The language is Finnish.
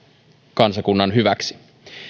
kansakunnan hyväksi